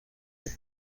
les